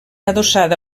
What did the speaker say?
adossada